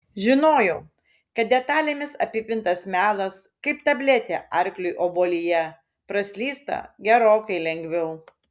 žinojau kad detalėmis apipintas melas kaip tabletė arkliui obuolyje praslysta gerokai lengviau